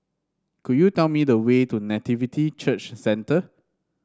could you tell me the way to Nativity Church Centre